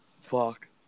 Fuck